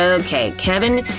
okay, kevin,